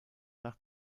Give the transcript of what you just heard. nach